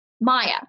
Maya